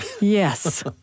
Yes